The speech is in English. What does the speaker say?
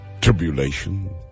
tribulation